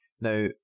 Now